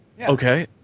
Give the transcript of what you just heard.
Okay